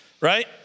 Right